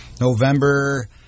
November